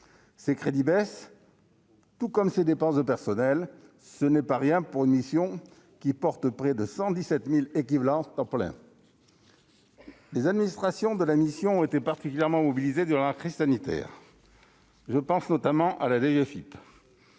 ses crédits sont en baisse, tout comme ses dépenses de personnel. Ce n'est pas rien pour une mission qui porte près de 117 000 équivalents temps plein (ETP). Les administrations de la mission ont été particulièrement mobilisées durant la crise sanitaire. Je pense notamment à la DGFiP.